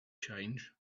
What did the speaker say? change